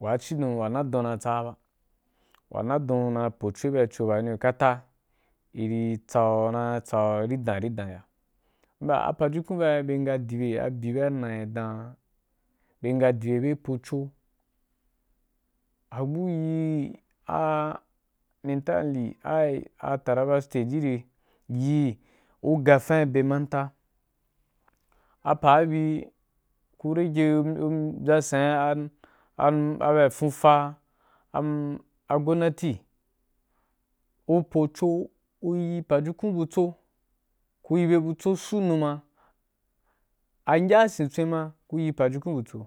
wa cidon wa na don na ì tsa ba, wa nadon na pocho, ibye à cho baní riy kata iri tsa’u na tsa’u ndan ndan ya. Apajukun bai ra bye nga dibe, a di be a nna dan, bye nga dibe, bye pocho, agbu yi a entire aia taraba state gire yi ku gafan abe makaranta, apa bi ku rege’i mbyasana’a a bye wa fonfa a gomnati, ku pocho ku yi pajukun butso, ku yi bye butso su numa, angya wasen tswen ma ku yi pajukun butso.